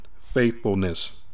faithfulness